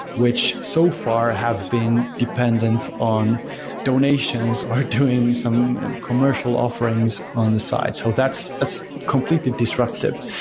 which so far have been dependent on donations or doing some commercial offerings on the side. so that's that's completely disruptive.